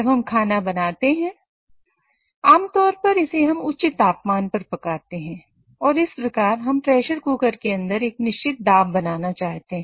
जब हम खाना बनाते हैं आमतौर पर हम इसे उच्च तापमान पर पकाते हैं और इस प्रकार हम प्रेशर कुकर के अंदर एक निश्चित दाब बनाना चाहते